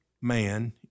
man